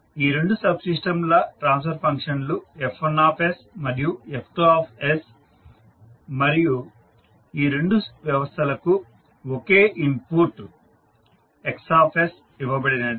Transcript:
ఈ రెండు సబ్ సిస్టంల ట్రాన్స్ఫర్ ఫంక్షన్లు F1s మరియు F2s మరియు ఈ రెండు వ్యవస్థలకు ఒకే ఇన్పుట్ Xs ఇవ్వబడినది